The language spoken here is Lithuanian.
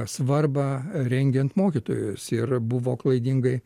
svarbą rengiant mokytojus ir buvo klaidingai